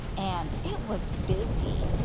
and it was busy.